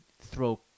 throw